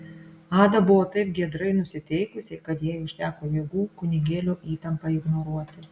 ada buvo taip giedrai nusiteikusi kad jai užteko jėgų kunigėlio įtampą ignoruoti